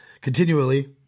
continually